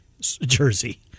jersey